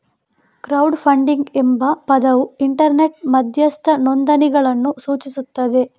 crowd funding ಎಂಬ ಪದವು internet ಮಧ್ಯಸ್ಥ ನೋಂದಣಿಗಳನ್ನು ಸೂಚಿಸುತ್ತದೆ